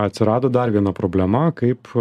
atsirado dar viena problema kaip